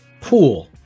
pool